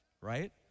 right